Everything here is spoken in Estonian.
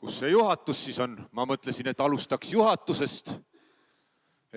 Kus see juhatus siis on? Ma mõtlesin, et alustaks juhatusest,